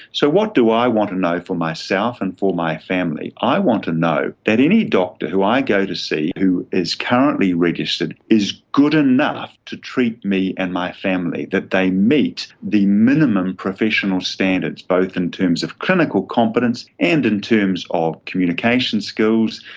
so what do i want to know for myself and for my family i want to know that any doctor who i go to see who is currently registered is good enough to treat me and my family, that they meet the minimum professional standards both in terms of clinical competence and in terms of communication skills,